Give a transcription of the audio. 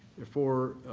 therefore,